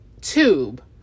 tube